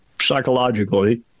psychologically